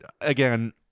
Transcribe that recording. again